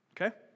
Okay